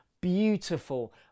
beautiful